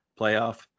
playoff